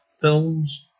films